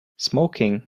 smoking